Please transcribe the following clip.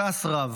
כעס רב.